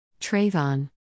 Trayvon